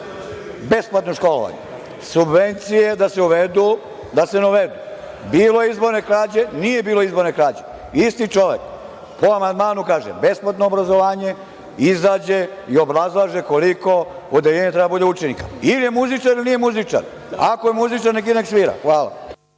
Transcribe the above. Besplatno školovanje, subvencije da se uvedu, da se ne uvedu, bilo je izborne krađe, nije bilo izborne krađe, kaže isti čovek, po amandmanu kaže besplatno obrazovanje izađe i obrazlože koliko u odeljenju treba da bude učenika. Ili je muzičar ili nije muzičar. Ako je muzičar, neka ide da svira. Hvala.